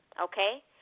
okay